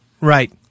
Right